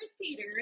Peter